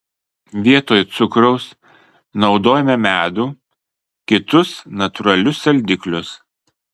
vietoj cukraus naudojame medų kitus natūralius saldiklius